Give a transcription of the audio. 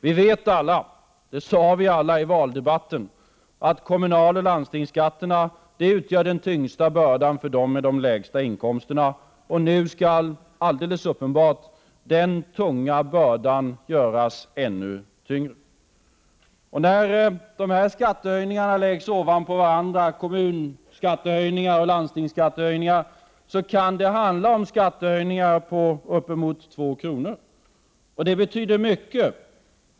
Vi vet alla, det sade vi alla i valdebatten, att kommunaloch landstingsskatterna utgör den tyngsta bördan för dem med de lägsta inkomsterna. Nu skall den tunga bördan göras ännu tyngre. När kommunalskattehöjningarna och landstingsskattehöjningarna läggs på varandra kan det handla om skattehöjningar på uppemot 2 kr., och det betyder mycket.